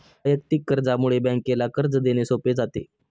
वैयक्तिक कर्जामुळे बँकेला कर्ज देणे सोपे जाते